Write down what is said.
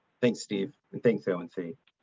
thanks steve and think through and see